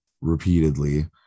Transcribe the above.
repeatedly